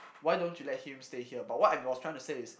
why don't you let him stay here but what I was trying to say is